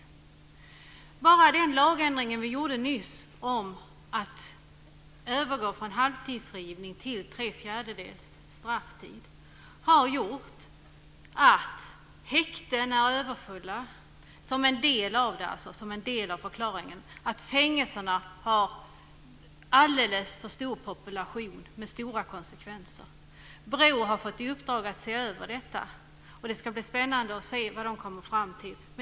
Enbart den lagändring vi gjorde nyss om att övergå från halvtidsfrigivning till tre fjärdedels strafftid har gjort att häktena är överfulla - det är en del av förklaringen - och att fängelserna har alldeles för stor population. Det har fått stora konsekvenser. BRÅ har fått i uppdrag att se över detta. Det ska bli spännande att se vad det kommer fram till.